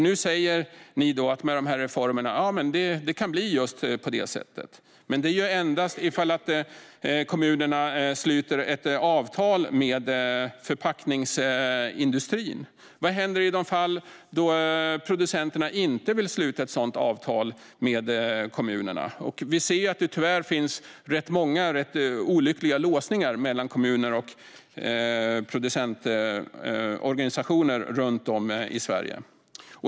Nu säger ni att med de här reformerna kan det bli på just det sättet. Men det är ju endast i de fall då kommunerna sluter avtal med förpackningsindustrin. Vad händer i de fall då producenterna inte vill sluta ett sådant avtal med kommunerna? Vi ser ju att det tyvärr finns rätt många olyckliga låsningar mellan kommuner och producentorganisationer runt om i Sverige.